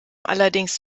allerdings